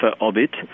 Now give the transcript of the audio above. orbit